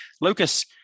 Lucas